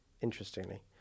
Interestingly